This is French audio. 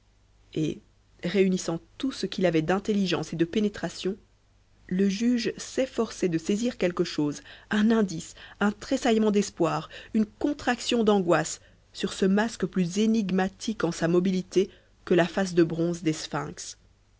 et réunissant tout ce qu'il avait d'intelligence et de pénétration le juge s'efforçait de saisir quelque chose un indice un tressaillement d'espoir une contraction d'angoisse sur ce masque plus énigmatique en sa mobilité que la face de bronze